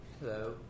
Hello